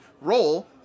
roll